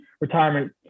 retirement